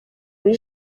muri